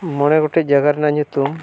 ᱢᱚᱬᱮ ᱜᱚᱴᱮᱱ ᱡᱟᱭᱜᱟ ᱨᱮᱱᱟᱜ ᱧᱩᱛᱩᱢ